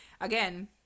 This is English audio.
again